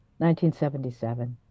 1977